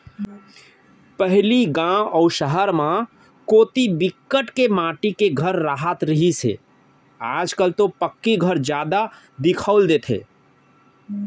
पहिली गाँव अउ सहर म कोती बिकट के माटी के घर राहत रिहिस हे आज कल तो पक्की घर जादा दिखउल देथे